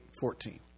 fourteen